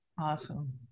Awesome